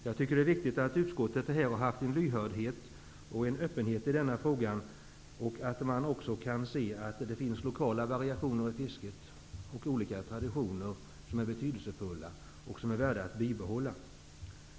Det är viktigt att framhålla att utskottet här har visat en lyhördhet och öppenhet i denna fråga, och att man också kan se att det finns lokala variationer av fisket och olika traditioner som är betydelsefulla och värda att bibehålla.